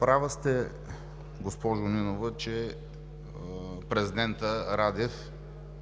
Права сте, госпожо Нинова, че президентът Радев